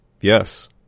Yes